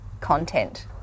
content